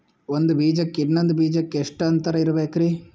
ಒಂದ್ ಬೀಜಕ್ಕ ಇನ್ನೊಂದು ಬೀಜಕ್ಕ ಎಷ್ಟ್ ಅಂತರ ಇರಬೇಕ್ರಿ?